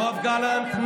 יואב גלנט,